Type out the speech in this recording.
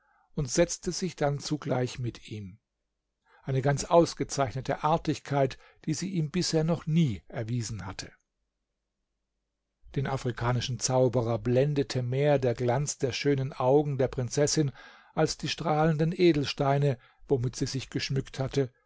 und setzte sich dann zugleich mit ihm eine ganz ausgezeichnete artigkeit die sie ihm bisher noch nie erwiesen hatte den afrikanischen zauberer blendete mehr der glanz der schönen augen der prinzessin als die strahlenden edelsteine womit sie sich geschmückt hatte